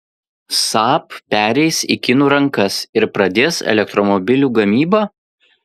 saab pereis į kinų rankas ir pradės elektromobilių gamybą